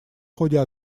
ходе